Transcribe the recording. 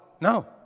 No